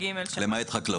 למעט חקלאות.